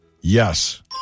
Yes